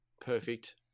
perfect